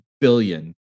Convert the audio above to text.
billion